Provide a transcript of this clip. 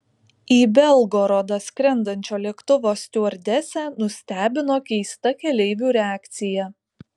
į belgorodą skrendančio lėktuvo stiuardesę nustebino keista keleivių reakcija